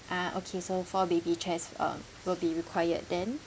ah okay so four baby chairs um will be required then